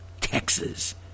Texas